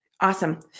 Awesome